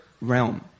realm